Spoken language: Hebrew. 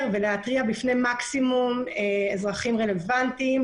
ולהתריע בפני מקסימום אזרחים רלוונטיים,